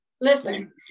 listen